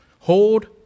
Hold